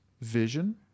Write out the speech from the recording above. vision